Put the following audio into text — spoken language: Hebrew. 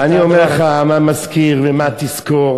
אני אומר לך מה מזכיר ומה תזכור.